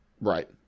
Right